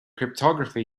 cryptography